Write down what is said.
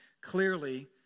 clearly